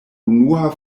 unua